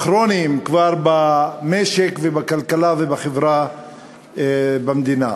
הכרוניים כבר, במשק ובכלכלה ובחברה במדינה.